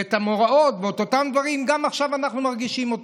ואת המאורעות ואת אותם דברים גם עכשיו אנחנו מרגישים.